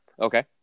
okay